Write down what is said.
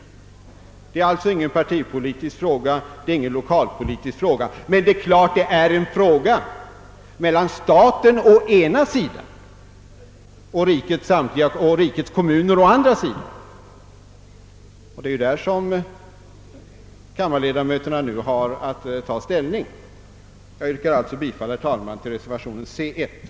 Detta är alltså varken en partipolitisk eller en lokalpolitisk fråga, men det är klart att det är en fråga mellan staten å ena sidan och rikets kommuner å den andra. Det är till den frågan som kammarens ledamöter nu har att ta ställning. Jag yrkar, herr talman, bifall till reservation c 1.